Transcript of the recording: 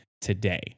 today